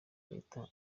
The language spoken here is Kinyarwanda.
leta